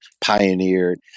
pioneered